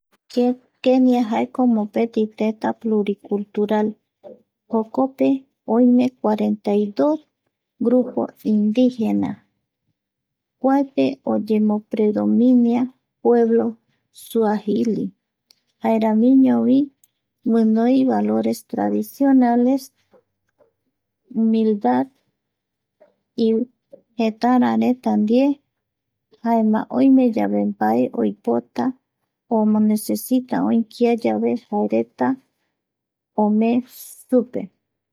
Kenia jaeko mopeti tëtä pluricultural, jokope oime cuarenta dos grupos indígenas kuape oyemopredominia pueblo suagi, jaeramiñovi guinoi valores tradicionales, humilda jetarareta ndie jaema oimeyave mbae oipota omonecesita oï kia yave jaereta omee supe